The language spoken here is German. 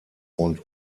und